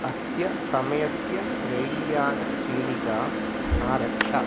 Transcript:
अस्य समयस्य रैल्यानचीटिकाम् आरक्ष